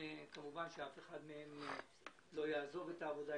- שאף אחד מהעובדים לא יעזוב את העבודה,